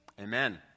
Amen